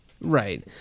right